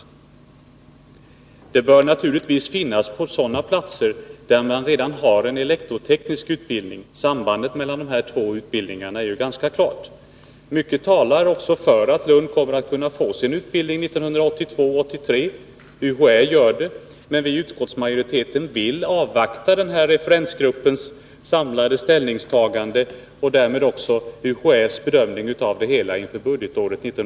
Den bör naturligtvis finnas på sådana platser där man redan har elektroteknisk utbildning — sambandet mellan dessa två utbildningar är ganska klart. Mycket talar också för att Lund kommer att kunna få sin utbildning 1982 83.